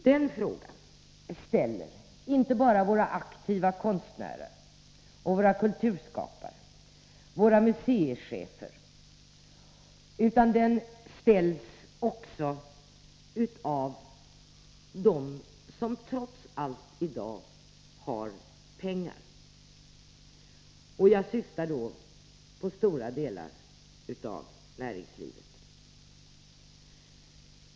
Den frågan ställer inte bara våra aktiva konstnärer, våra kulturskapare och våra museichefer, utan den ställs också av dem som trots allt i dag har pengar. Jag syftar då på stora delar av näringslivet.